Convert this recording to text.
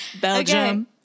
Belgium